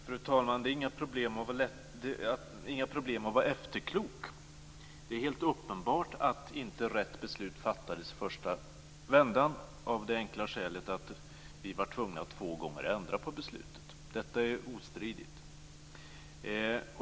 Fru talman! Det är inga problem att vara efterklok. Det är helt uppenbart att inte rätt beslut fattades i första vändan av det enkla skälet att vi två gånger var tvungna att ändra på beslutet. Detta är ostridigt.